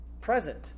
present